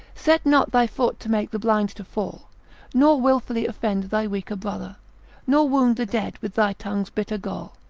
set not thy foot to make the blind to fall nor wilfully offend thy weaker brother nor wound the dead with thy tongue's bitter gall,